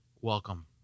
Welcome